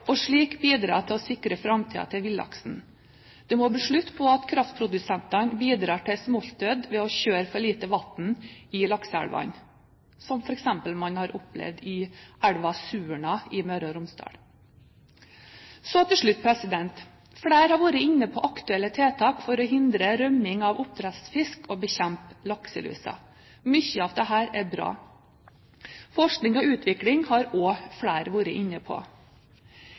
og slik bidra til å sikre framtiden til villaksen. Det må bli slutt på at kraftprodusentene bidrar til smoltdød ved å kjøre for lite vann i lakseelvene, som en f.eks. har opplevd i elva Surna i Møre og Romsdal. Så til slutt: Flere har vært inne på aktuelle tiltak for å hindre rømming av oppdrettsfisk og bekjempe lakselusa. Mye av dette er bra. Forskning og utvikling har også flere vært inne på.